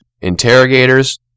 Interrogators